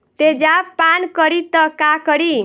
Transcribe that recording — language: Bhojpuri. तेजाब पान करी त का करी?